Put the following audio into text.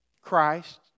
Christ